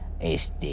Este